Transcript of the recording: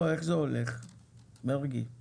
אתה